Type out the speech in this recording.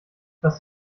was